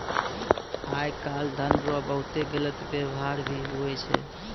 आय काल धन रो बहुते गलत वेवहार भी हुवै छै